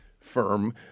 firm